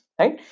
right